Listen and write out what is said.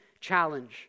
challenge